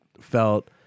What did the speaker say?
felt